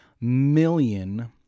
million